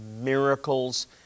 miracles